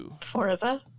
Forza